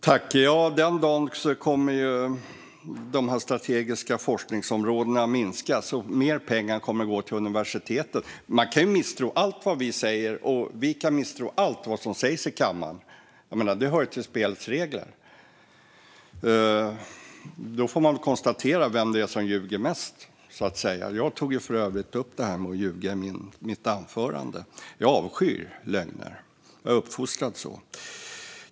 Fru talman! Den dagen kommer de strategiska forskningsområdena att minskas, och mer pengar kommer att gå till universiteten. Man kan ju misstro allt vad vi säger, och vi kan misstro allt vad som sägs i kammaren. Det hör till spelets regler. Då får man konstatera vem som ljuger mest. Jag tog för övrigt i mitt anförande upp det här med att ljuga. Jag avskyr lögner; jag är uppfostrad så.